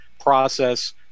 process